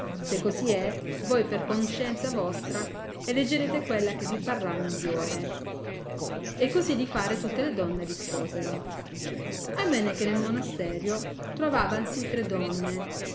se così è voi per conscienza vostra eleggerete quella che vi parrà migliore e così di fare tutte le donne risposero avenne che nel monasterio trovavansi tre donne